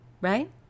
right